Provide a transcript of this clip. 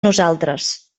nosaltres